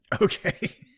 okay